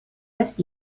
last